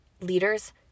leaders